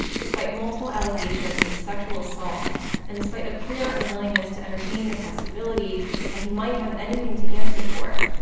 despite multiple allegations of sexual assault and despite a clear unwillingness to entertain the possibility that he might have anything to answer for,